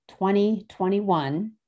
2021